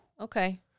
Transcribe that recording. Okay